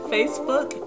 Facebook